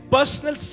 Personal